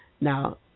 Now